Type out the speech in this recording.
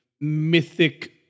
mythic